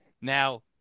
Now